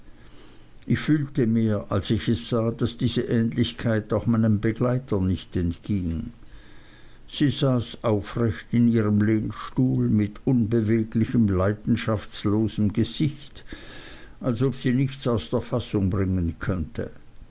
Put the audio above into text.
ich fühlte mehr als ich es sah daß diese ähnlichkeit auch meinem begleiter nicht entging sie saß aufrecht in ihrem lehnstuhl mit unbeweglichem leidenschaftslosem gesicht als ob sie nichts aus der fassung bringen könnte